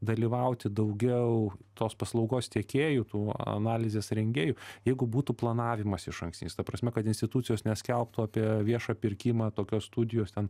dalyvauti daugiau tos paslaugos tiekėjų tų analizės rengėjų jeigu būtų planavimas išankstinis ta prasme kad institucijos neskelbtų apie viešą pirkimą tokios studijos ten